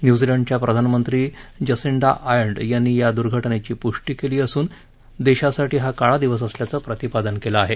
न्युझिलंडच्या प्रधानमंत्री Jacinda Ardern यांनी या दुर्घटनेची पुष्टी केली असून देशासाठी हा काळा दिवस असल्याचं प्रतिपादन केलंय